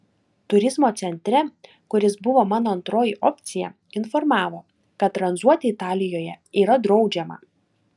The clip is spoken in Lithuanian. turizmo centre kuris buvo mano antroji opcija informavo kad tranzuoti italijoje yra draudžiama